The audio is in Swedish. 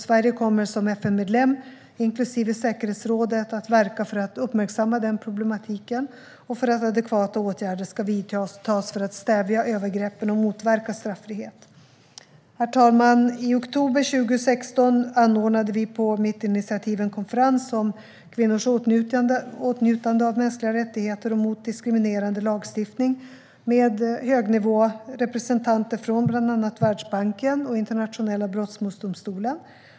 Sverige kommer som FN-medlem, även i säkerhetsrådet, att verka för att uppmärksamma den problematiken och för att adekvata åtgärder ska vidtas för att stävja övergreppen och motverka straffrihet. Herr talman! I oktober 2016 anordnade vi på mitt initiativ en konferens om kvinnors åtnjutande av mänskliga rättigheter och mot diskriminerande lagstiftning med högnivårepresentanter från bland annat Världsbanken och Internationella brottmålsdomstolen.